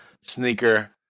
sneaker